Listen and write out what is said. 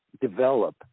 develop